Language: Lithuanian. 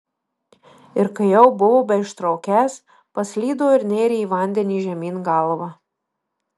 ir kai jau buvo beištraukiąs paslydo ir nėrė į vandenį žemyn galva